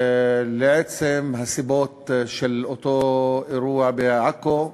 לעצם הסיבות לאותו אירוע בעכו,